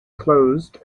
closed